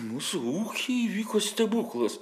mūsų ūky įvyko stebuklas